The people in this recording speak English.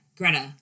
Greta